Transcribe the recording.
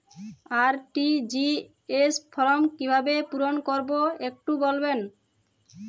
RTGS form কিভাবে পূরণ করবো একটু বলবেন?